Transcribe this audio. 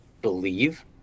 believe